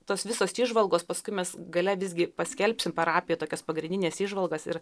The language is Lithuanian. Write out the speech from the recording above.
tos visos įžvalgos paskui mes gale visgi paskelbsim parapija tokias pagrindines įžvalgas ir